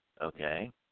okay